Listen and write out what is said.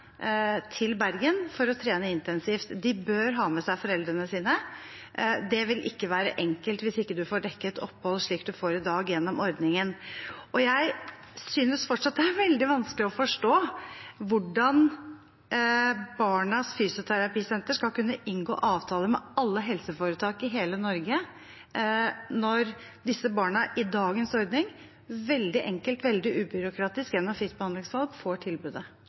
til Bergen for å trene intensivt. De bør ha med seg foreldrene sine. Det vil ikke være enkelt hvis man ikke får dekket opphold, slik man i dag får gjennom ordningen. Jeg synes fortsatt det er veldig vanskelig å forstå hvordan Barnas Fysioterapisenter skal kunne inngå avtaler med alle helseforetak i hele Norge, når disse barna i dagens ordning veldig enkelt og ubyråkratisk gjennom fritt behandlingsvalg får tilbudet.